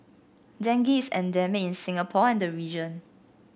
dengue is endemic in Singapore and the region